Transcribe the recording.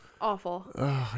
Awful